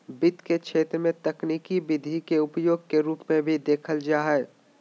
वित्त के क्षेत्र में तकनीकी विधि के उपयोग के रूप में भी देखल जा हइ